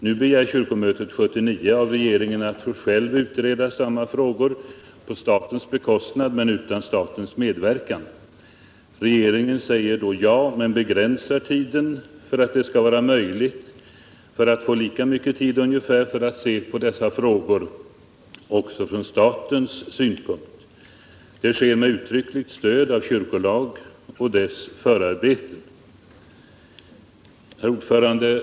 Nu begär kyrkomötet 1979 av regeringen att självt få utreda samma frågor, på statens bekostnad men utan statens medverkan. Regeringen säger då ja, men begränsar utredningstiden för att det skall vara möjligt att få ungefär lika lång tid för att se på dessa frågor också från statens synpunkt. Detta sker med uttryckligt stöd av kyrkolag och dess förarbeten. Herr talman!